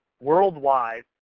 worldwide